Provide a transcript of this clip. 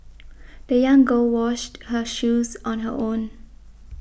the young girl washed her shoes on her own